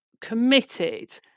committed